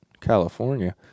California